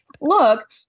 look